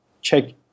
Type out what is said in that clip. check